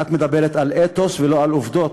את מדברת על אתוס ולא על עובדות.